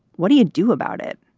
what do you do about it?